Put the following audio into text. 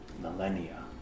millennia